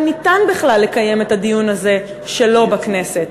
ניתן בכלל לקיים את הדיון הזה שלא בכנסת,